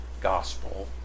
gospel